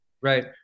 Right